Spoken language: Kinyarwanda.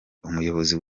umuyobozi